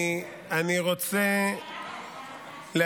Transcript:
אנחנו נעבור